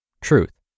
Truth